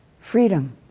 Freedom